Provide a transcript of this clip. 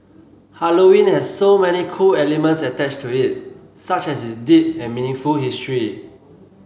Halloween has so many cool elements attached to it such as its deep and meaningful history